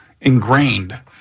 ingrained